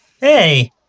Hey